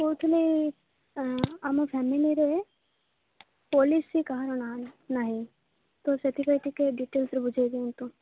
କହୁଥିଲି ଆମ ଫ୍ୟାମିଲିରେ ପଲିସି କାହାର ନା ନାହିଁ ତ ସେଥିପାଇଁ ଟିକେ ଡିଟେଲ୍ସ୍ରେ ବୁଝାଇ ଦିଅନ୍ତୁ